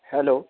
hello